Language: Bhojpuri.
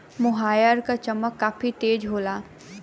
मोहायर क चमक काफी तेज होला